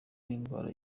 n’indwara